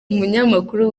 umunyamakuru